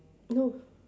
no